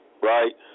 right